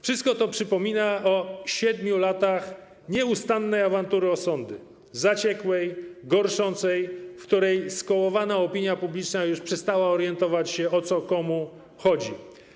Wszystko to przypomina o 7 latach nieustannej awantury o sądy, zaciekłej, gorszącej, w której skołowana opinia publiczna już przestała orientować się, o co komu chodzi.